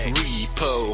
repo